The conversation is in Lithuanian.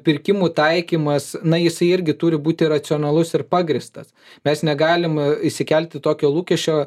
pirkimų taikymas na jisai irgi turi būti racionalus ir pagrįstas mes negalim išsikelti tokio lūkesčio